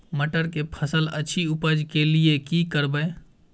मटर के फसल अछि उपज के लिये की करबै?